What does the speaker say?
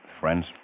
Friends